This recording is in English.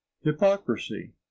hypocrisy